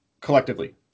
collectively